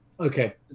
Okay